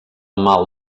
mal